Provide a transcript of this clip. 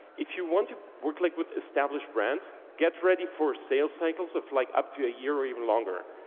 if you want to work like with established brands, get ready for sales cycles of like up to a year or even longer.